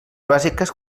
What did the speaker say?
bàsiques